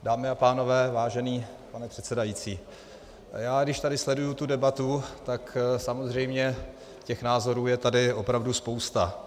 Dámy a pánové, vážený pane předsedající, když tady sleduji tu debatu, tak samozřejmě těch názorů je tady opravdu spousta.